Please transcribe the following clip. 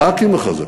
רק עם החזקים,